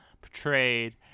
portrayed